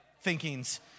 thinkings